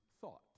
thought